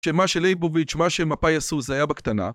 שמה שלייבוביץ', מה שמפאי עשו זה היה בקטנה